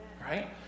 Right